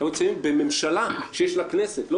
שאנחנו נמצאים בממשלה שיש לה כנסת ולא